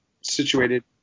situated